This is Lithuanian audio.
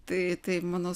tai tai mano